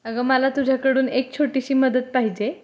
अगं मला तुझ्याकडून एक छोटीशी मदत पाहिजे